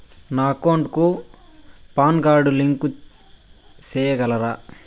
నా అకౌంట్ కు PAN card link సేయగలరా?